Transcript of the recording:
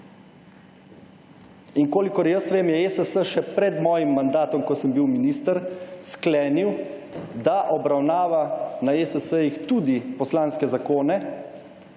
In kolikor jaz vem, je ESS še pred mojim mandatom, ko sem bil minister, sklenil, da obravnava na ESS-jih tudi poslanske zakona,